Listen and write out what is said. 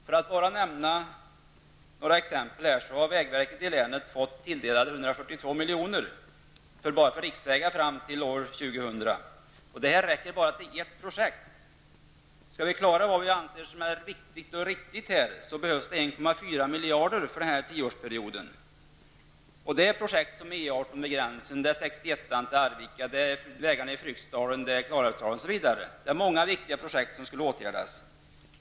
För att bara nämna några exempel, så har vägverket i länet fått sig tilldelat 142 milj.kr. för riksvägar fram till år 2000. Detta räcker endast till ett projekt. Skall vi klara av det som vi anser vara viktigt och riktigt behövs det 1,4 miljarder för den här tioårsperioden. Det gäller då projekt som E 18 Klarälvsdalen, osv. Det är fråga om många viktiga projekt som behöver åtgärdas.